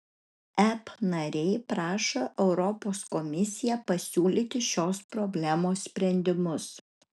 ep nariai prašo europos komisiją pasiūlyti šios problemos sprendimus